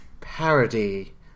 parody